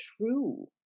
true